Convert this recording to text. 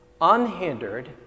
Unhindered